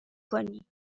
کنی